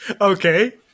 Okay